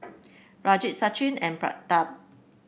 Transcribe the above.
Rajat Sachin and Pratap